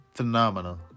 phenomenal